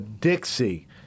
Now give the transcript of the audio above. Dixie